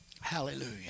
hallelujah